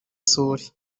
isuri